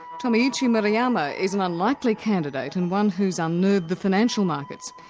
tomiichi murayama is an unlikely candidate and one who's unnerved the financial markets.